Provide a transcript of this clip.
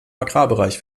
agrarbereich